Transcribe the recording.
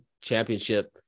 championship